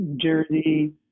Jersey